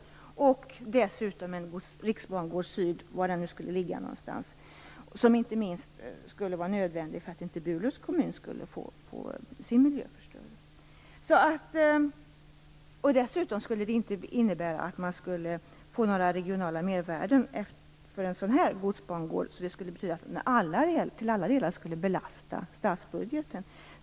Dessutom skulle det innebära en riksbangård syd, var den nu skulle ligga någonstans, som inte minst skulle vara nödvändig för att inte Burlövs kommun skulle få sin miljö förstörd. En sådan godsbangård skulle inte innebära några regionala mervärden, utan den skulle till alla delar belasta statsbudgeten.